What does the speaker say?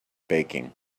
baking